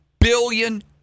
billion